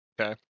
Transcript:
Okay